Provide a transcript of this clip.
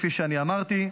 כפי שאמרתי.